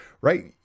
right